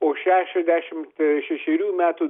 po šešiasdešimt šešerių metų